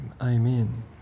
Amen